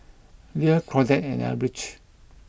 Leia Claudette and Elbridge